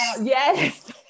Yes